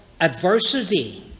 adversity